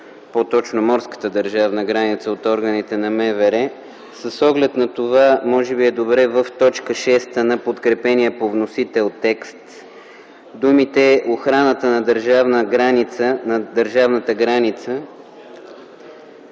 по-точно морската държавна граница от органите на МВР, с оглед на това може би е добре в т. 6 на подкрепения по вносител текст думите „охраната на държавната граница”